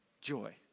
joy